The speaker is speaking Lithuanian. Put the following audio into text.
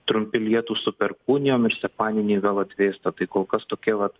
trumpi lietūs su perkūnijom ir sekmadienį vėl atvėsta tai kol kas tokie vat